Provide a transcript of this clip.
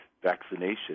vaccination